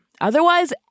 Otherwise